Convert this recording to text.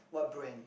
what brand